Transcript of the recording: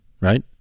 Right